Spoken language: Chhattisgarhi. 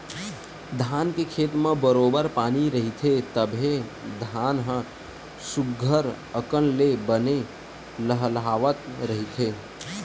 धान के खेत म बरोबर पानी रहिथे तभे धान ह सुग्घर अकन ले बने लहलाहवत रहिथे